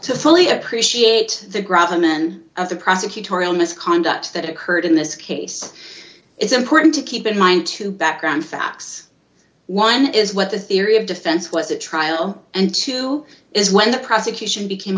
to fully appreciate the gravel men of the prosecutorial misconduct that occurred in this case it's important to keep in mind to background facts one is what the theory of defense was a trial and two is when the prosecution became